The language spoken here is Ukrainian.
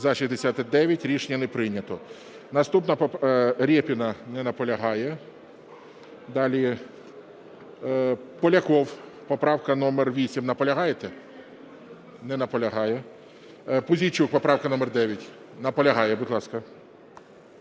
За-69 Рішення не прийнято. Наступна, Рєпіна. Не наполягає. Далі. Поляков, поправка номер 8. Наполягаєте? Не наполягає. Пузійчук, поправка номер 9. Наполягає. Будь ласка.